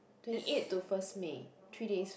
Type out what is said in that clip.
twenty eight to first May three days